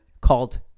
called